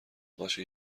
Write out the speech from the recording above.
باشه